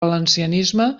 valencianisme